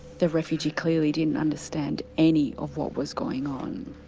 the refugee clearly didn't understand any of what was going on.